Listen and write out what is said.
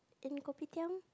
in kopitiam